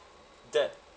that